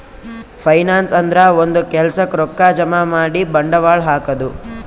finance ಅಂದ್ರ ಒಂದ್ ಕೆಲ್ಸಕ್ಕ್ ರೊಕ್ಕಾ ಜಮಾ ಮಾಡಿ ಬಂಡವಾಳ್ ಹಾಕದು